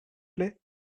plait